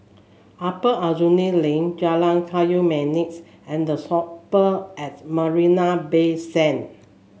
Upper Aljunied Link Jalan Kayu Manis and The Shopper at Marina Bay Sands